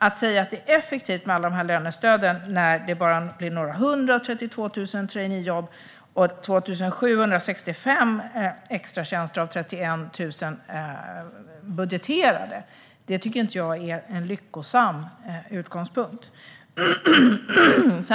Att säga att det är effektivt med alla dessa lönestöd när det bara blir några hundra av 32 000 traineejobb och 2 765 extratjänster av 31 000 budgeterade tycker jag inte är någon lyckosam utgångspunkt.